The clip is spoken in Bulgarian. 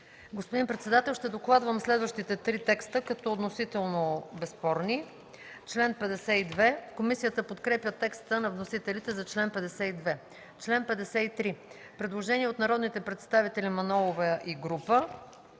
Господин председател, ще докладвам следващите три текста като вносител безспорни. Комисията подкрепя текста на вносителите за чл. 52. Предложение от народните представители Мая Манолова и група